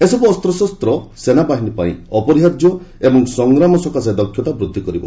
ଏସବୁ ଅସ୍ତ୍ରଶସ୍ତ ସେନାବାହିନୀ ପାଇଁ ଅପରିହାର୍ଯ୍ୟ ଏବଂ ସଂଗ୍ରାମ ସକାଶେ ଦକ୍ଷତା ବୃଦ୍ଧି କରିବ